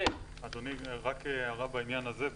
אדוני, הערה בעניין הזה.